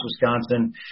Wisconsin